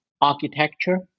architecture